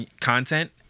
content